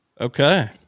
Okay